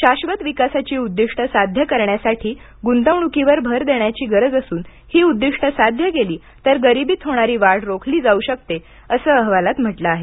शाबत विकासाची उद्दिष्टे साध्य करण्यासाठी गुंतवणुकीवर भर देण्याची गरज असून ही उद्दिष्टे साध्य केली तर गरिबीत होणारी वाढ रोखली जाऊ शकते असं अहवालात म्हटलं आहे